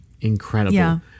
Incredible